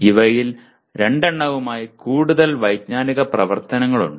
ഇവയിൽ രണ്ടെണ്ണവുമായി കൂടുതൽ വൈജ്ഞാനിക പ്രവർത്തനങ്ങൾ ഉണ്ട്